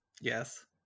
Yes